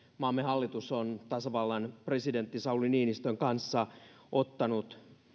maamme hallitus on tasavallan presidentti sauli niinistön kanssa ottanut